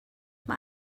mae